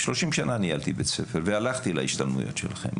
30 שנה ניהלתי בית ספר והלכתי להשתלמויות שלכם.